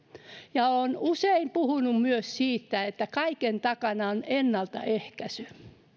olen usein puhunut myös siitä että kaiken takana on ennaltaehkäisy